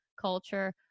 culture